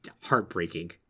heartbreaking